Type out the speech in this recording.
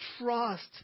trust